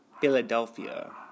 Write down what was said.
Philadelphia